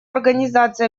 организации